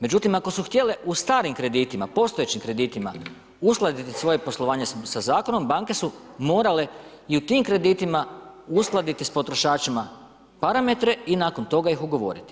Međutim, ako su htjele u starim kreditima, postojećim kreditima uskladiti svoje poslovanje sa zakonom, banke su morale i u tim kreditima uskladiti s potrošačima parametre i nakon toga ih ugovoriti.